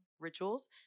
rituals